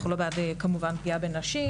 אנחנו כמובן לא בעד פגיעה בנשים.